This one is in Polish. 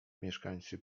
mieszkańcy